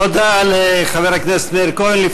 תודה לחבר הכנסת מאיר כהן.